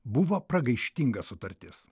buvo pragaištinga sutartis